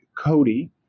Cody